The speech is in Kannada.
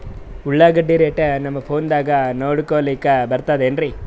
ಉಳ್ಳಾಗಡ್ಡಿ ರೇಟ್ ನಮ್ ಫೋನದಾಗ ನೋಡಕೊಲಿಕ ಬರತದೆನ್ರಿ?